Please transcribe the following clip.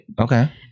Okay